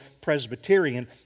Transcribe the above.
Presbyterian